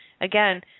Again